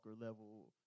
level